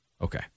Okay